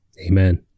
Amen